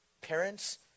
parents